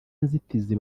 nzitizi